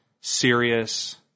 serious